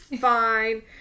fine